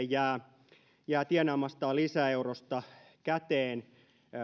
jää tienaamastaan lisäeurosta käteen